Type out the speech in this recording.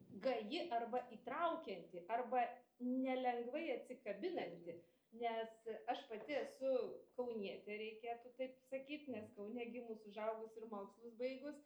gaji arba įtraukianti arba nelengvai atsikabinanti nes aš pati esu kaunietė reikėtų taip sakyt nes kaune gimus užaugus ir mokslus baigus